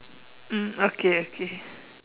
mm okay okay